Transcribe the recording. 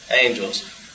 angels